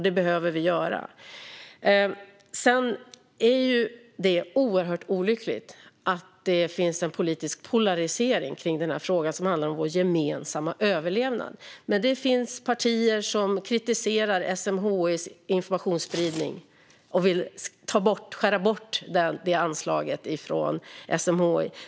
Det är oerhört olyckligt att det finns en politisk polarisering kring en fråga som handlar om vår gemensamma överlevnad. Det finns alltså partier som kritiserar SMHI:s informationsspridning och vill skära bort det anslaget från SMHI.